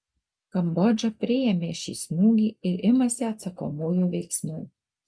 kambodža priėmė šį smūgį ir imasi atsakomųjų veiksmų